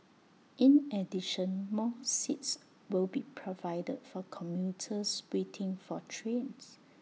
in addition more seats will be provided for commuters waiting for trains